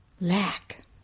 lack